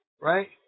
right